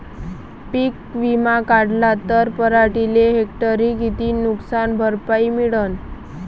पीक विमा काढला त पराटीले हेक्टरी किती नुकसान भरपाई मिळीनं?